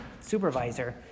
supervisor